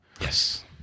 Yes